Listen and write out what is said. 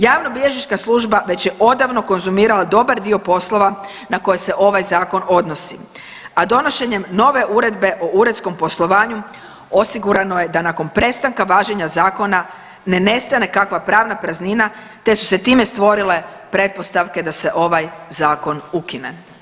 Javnobilježnička služba već je odavno konzumirala dobar dio poslova na koje se ovaj zakon odnosi, a donošenjem nove Uredbe o uredskom poslovanju osigurano je da nakon prestanka važenja zakona ne nestane kakva pravna praznina te su se time stvorile pretpostavke da se ovaj zakon ukine.